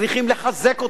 צריכים לחזק אותו.